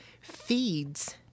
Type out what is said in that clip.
feeds